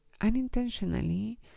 unintentionally